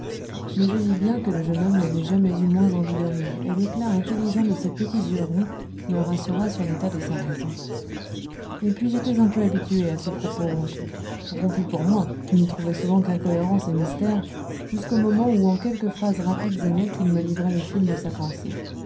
mais je vis bien que le jeune homme n'avait jamais eu moins envie de rire et l'éclat intelligent de ses petits yeux ronds me rassura sur l'état de sa raison et puis j'étais un peu habitué à ses propos rompus rompus pour moi qui n'y trouvais souvent qu'incohérence et mystère jusqu'au moment où en quelques phrases rapides et nettes il me livrait le fil de sa pensée